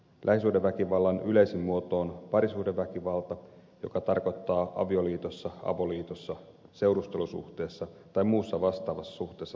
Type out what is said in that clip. lähisuhdeväkivallan yleisin muoto on parisuhdeväkivalta joka tarkoittaa avioliitossa avoliitossa seurustelusuhteessa tai muussa vastaavassa suhteessa tapahtuvaa väkivaltaa